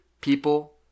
People